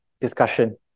discussion